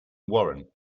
warrant